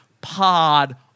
pod